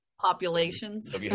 Populations